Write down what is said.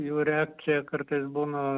jų reakcija kartais būna